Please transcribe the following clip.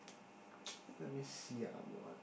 let me see ah what